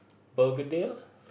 Begedil